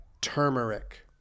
Turmeric